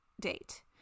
date